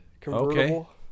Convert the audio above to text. convertible